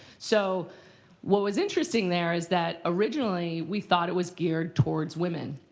so what was interesting there is that originally, we thought it was geared towards women.